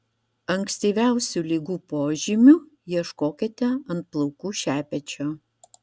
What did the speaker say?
ankstyviausių ligų požymių ieškokite ant plaukų šepečio